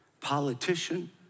politician